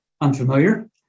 unfamiliar